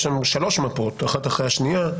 יש שם שלוש מפות אחת אחרי השנייה,